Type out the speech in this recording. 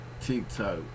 TikTok